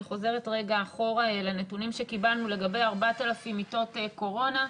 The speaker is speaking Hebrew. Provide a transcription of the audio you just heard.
אני חוזרת רגע אחורה לנתונים שקיבלנו לגבי 4,000 מיטות קורונה,